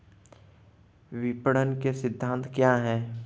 विपणन के सिद्धांत क्या हैं?